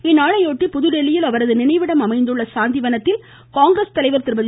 இந்நாளையொட்டி புதுதில்லியில் அவரது நினைவிடம் அமைந்துள்ள சாந்திவனத்தில் காங்கிரஸ் தலைவர் திருமதி